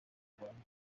kurwanya